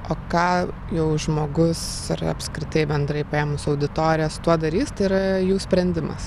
o ką jau žmogus ar apskritai bendrai paėmus auditorija su tuo darys tai yra jų sprendimas